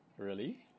really